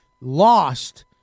lost